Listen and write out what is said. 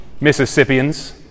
Mississippians